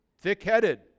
thick-headed